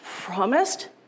promised